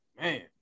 Man